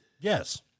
Yes